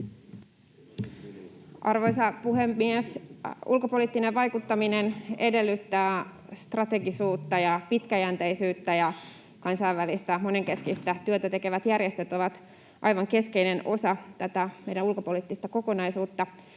Arvoisa puhemies! Ulkopoliittinen vaikuttaminen edellyttää strategisuutta ja pitkäjänteisyyttä, ja kansainvälistä monenkeskistä työtä tekevät järjestöt ovat aivan keskeinen osa tätä meidän ulkopoliittista kokonaisuuttamme.